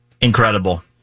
Incredible